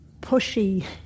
pushy